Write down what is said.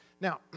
Now